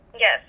Yes